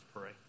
pray